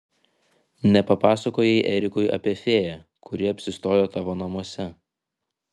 nepapasakojai erikui apie fėją kuri apsistojo tavo namuose